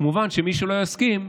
כמובן, מי שלא יסכים,